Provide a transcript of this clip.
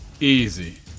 Easy